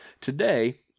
Today